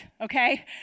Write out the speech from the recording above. Okay